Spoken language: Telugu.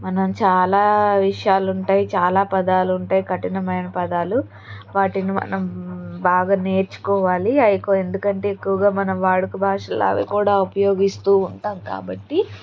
మనం చాలా విషయాలుంటాయ్ చాలా పదాలు ఉంటాయి కఠినమైన పదాలు వాటిని మనం బాగా నేర్చుకోవాలి ఎక్కువ ఎందుకంటే ఎక్కువగా మనం వాడుక భాషలో అవి కూడా ఉపయోగిస్తూ ఉంటాం కాబట్టి